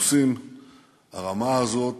את הפולמוסים, הרמה הזאת